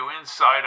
inside